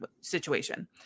situation